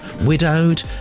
widowed